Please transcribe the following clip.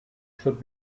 should